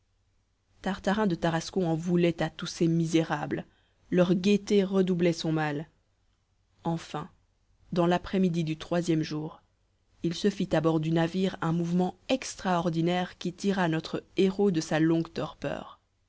tartarin de tarascon en voulait à tous ces misérables leur gaieté redoublait son mal enfin dans l'après-midi du troisième jour il se fit à bord du navire un mouvement extraordinaire qui tira notre héros de sa longue torpeur